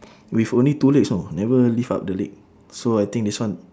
with only two legs know never lift up the leg so I think this one